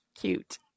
cute